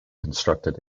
constructed